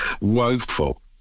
woeful